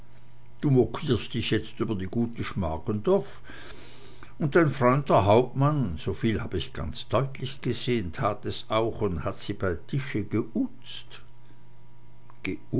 du mokierst dich jetzt über die gute schmargendorf und dein freund der hauptmann soviel hab ich ganz deutlich gesehen tat es auch und hat sie bei tische geuzt